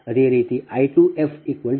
200 ಸರಿ